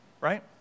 right